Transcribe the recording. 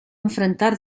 enfrentar